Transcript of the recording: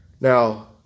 Now